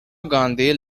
gandhi